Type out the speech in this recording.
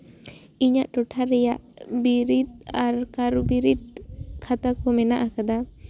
ᱤᱧᱟᱹᱜ ᱴᱚᱴᱷᱟ ᱨᱮᱭᱟᱜ ᱵᱤᱨᱤᱫ ᱟᱨ ᱠᱟᱹᱨᱩ ᱵᱤᱨᱤᱫ ᱠᱷᱟᱛᱟ ᱠᱚ ᱢᱮᱱᱟᱜ ᱠᱟᱫᱟ